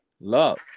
love